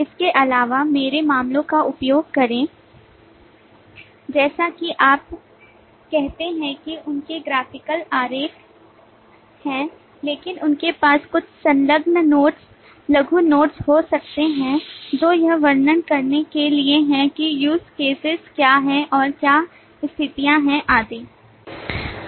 इसके अलावा ऐसे मामलों का उपयोग करें जैसा कि आप कहते हैं कि उनके graphical आरेख हैं लेकिन उनके पास कुछ संलग्न नोड्स लघु नोड्स हो सकते हैं जो यह वर्णन करने के लिए हैं कि use case क्या है और क्या स्थितियां हैं आदि